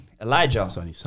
Elijah